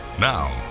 Now